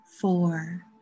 four